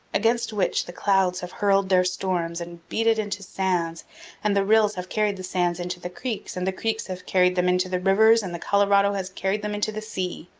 against which the clouds have hurled their storms and beat it into sands and the rills have carried the sands into the creeks and the creeks have carried them into the rivers and the colorado has carried them into the sea.